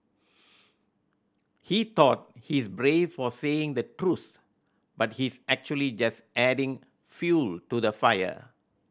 he thought he's brave for saying the truth but he's actually just adding fuel to the fire